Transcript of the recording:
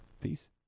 peace